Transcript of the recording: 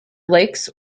lakes